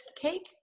cake